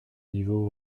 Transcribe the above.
niveau